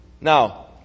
Now